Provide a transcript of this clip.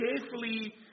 carefully